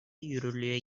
yürürlüğe